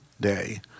day